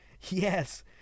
Yes